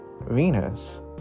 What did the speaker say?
venus